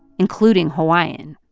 including hawaiian